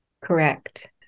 Correct